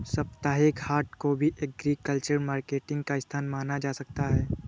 साप्ताहिक हाट को भी एग्रीकल्चरल मार्केटिंग का स्थान माना जा सकता है